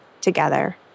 together